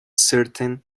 certain